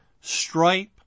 stripe